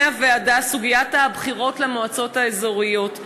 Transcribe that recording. הוועדה סוגיית הבחירות למועצות האזוריות,